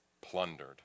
plundered